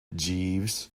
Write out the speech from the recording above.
jeeves